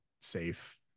safe